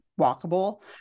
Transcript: walkable